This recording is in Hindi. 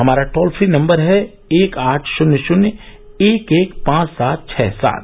हमारा टोल फ्री नम्बर है एक आठ शन्य शन्य एक एक पांच सात छ सात